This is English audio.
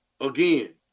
Again